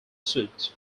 suit